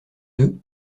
deux